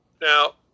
Now